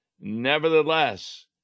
Nevertheless